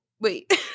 Wait